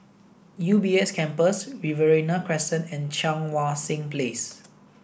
U B S Campus Riverina Crescent and Cheang Wan Seng Place